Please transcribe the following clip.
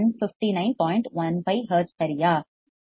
15 hertz சரியா